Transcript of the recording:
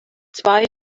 zwei